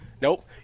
Nope